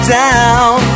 down